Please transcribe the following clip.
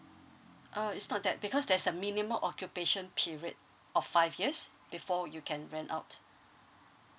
uh it's not that because there's a minimum occupation period of five years before you can rent out